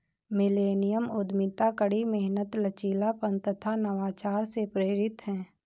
millennium उद्यमिता कड़ी मेहनत, लचीलापन तथा नवाचार से प्रेरित है